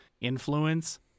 influence